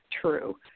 true